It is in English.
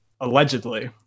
allegedly